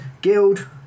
Guild